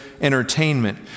entertainment